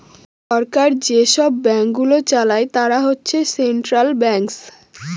সরকার যেসব ব্যাঙ্কগুলো চালায় তারা হচ্ছে সেন্ট্রাল ব্যাঙ্কস